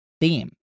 theme